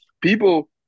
People